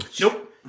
Nope